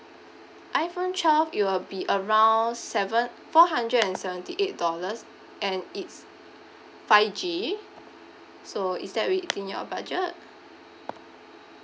iphone twelve it will be around seven four hundred and seventy eight dollars and it's five G so is that within your budget